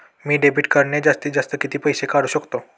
मी debit कार्डने जास्तीत जास्त किती पैसे काढू शकतो?